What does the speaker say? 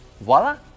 Voila